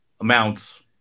amounts